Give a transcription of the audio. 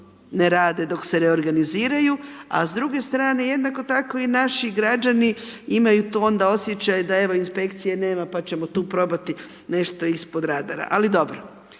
ne rade dok se ne organiziraju, a s druge strane jednako tako i naši građani imaju tu onda osjećaj da evo inspekcije nema pa ćemo tu probati nešto ispod radara. Ali dobro.